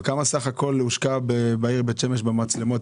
אבל כמה סך הכול הושקע בעיר בית שמש עם במצלמות,